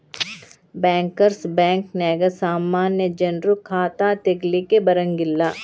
bankers ಬ್ಯಾಂಕ ನ್ಯಾಗ ಸಾಮಾನ್ಯ ಜನ್ರು ಖಾತಾ ತಗಿಲಿಕ್ಕೆ ಬರಂಗಿಲ್ಲಾ